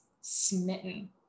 smitten